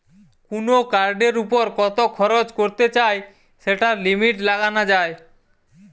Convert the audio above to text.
কুনো কার্ডের উপর কত খরচ করতে চাই সেটার লিমিট লাগানা যায়